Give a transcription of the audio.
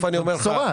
זאת בשורה.